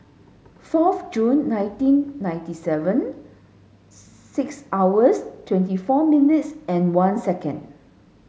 fourth Jun nineteen ninety seven six hours twenty four minutes and one second